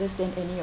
understand any of